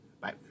Bye